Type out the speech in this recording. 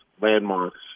landmarks